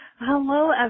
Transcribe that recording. Hello